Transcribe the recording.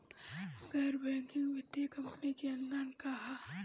गैर बैंकिंग वित्तीय कंपनी के अनुपालन का ह?